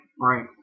Right